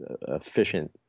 efficient